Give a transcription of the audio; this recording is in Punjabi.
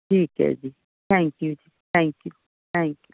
ਠੀਕ ਹੈ ਜੀ ਥੈਂਕ ਯੂ ਜੀ ਥੈਂਕ ਯੂ ਥੈਂਕ ਯੂ